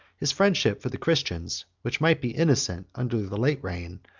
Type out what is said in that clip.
his friendship for the christians, which might be innocent under the late reign,